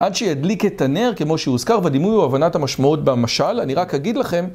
עד שידליק את הנר כמו שהוזכר בדימוי או הבנת המשמעות במשל, אני רק אגיד לכם